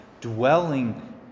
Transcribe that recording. dwelling